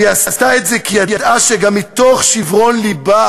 והיא עשתה את זה כי היא ידעה, גם מתוך שיברון לבה,